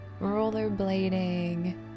rollerblading